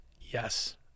yes